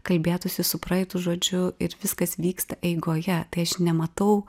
kalbėtųsi su praeitu žodžiu ir viskas vyksta eigoje tai aš nematau